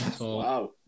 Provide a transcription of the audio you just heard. Wow